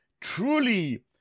truly